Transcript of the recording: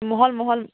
মহল মহল